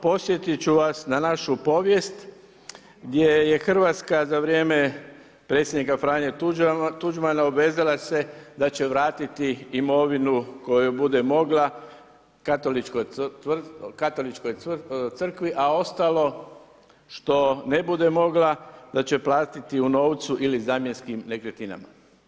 Podsjetiti ću vas na našu povijest, gdje je Hrvatska za vrijeme predsjednika Franje Tuđmana, obvezala se da će vratiti imovinu, koju bude mogla katoličkoj crkvi a ostalo što ne bude mogla da će platiti u novcu ili zamjenskim nekretninama.